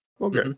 Okay